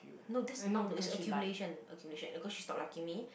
no this no no it's accumulation accumulation cause she stop liking me